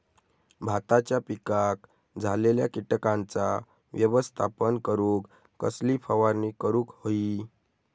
भाताच्या पिकांक झालेल्या किटकांचा व्यवस्थापन करूक कसली फवारणी करूक होई?